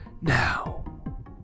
now